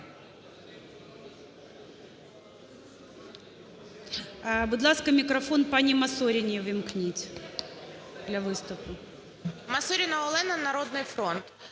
Масоріна Олена, "Народний фронт".